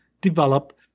develop